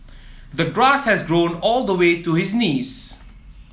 the grass had grown all the way to his knees